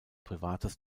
privates